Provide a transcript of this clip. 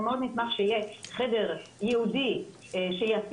אנחנו מאוד נשמח שיהיה חדר ייעודי שיתאים